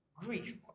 grief